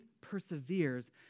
perseveres